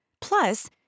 Plus